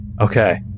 Okay